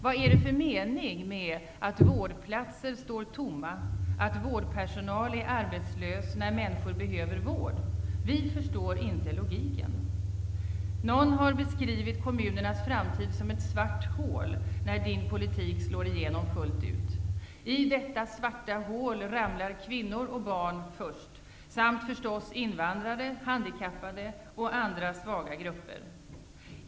Vad är det för mening med att vårdplatser står tomma, att vårdpersonal är arbetslös när människor behöver vård? Vi förstår inte logiken. Någon har beskrivit kommunernas framtid som ''ett svart hål' när din politik slår igenom fullt ut. I detta svarta hål ramlar kvinnor och barn först, samt förstås invandrare, handikappade och andra svaga grupper.